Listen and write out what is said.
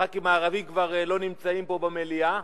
חברי הכנסת הערבים כבר לא נמצאים פה במליאה,